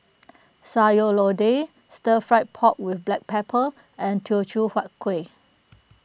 Sayur Lodeh Stir Fry Pork with Black Pepper and Teochew Huat Kueh